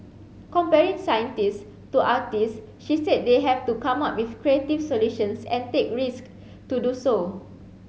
comparing scientists to artists she said they have to come up with creative solutions and take risk to do so